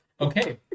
Okay